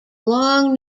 long